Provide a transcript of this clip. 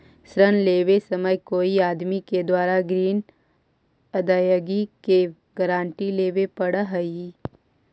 ऋण लेवे समय कोई आदमी के द्वारा ग्रीन अदायगी के गारंटी लेवे पड़ऽ हई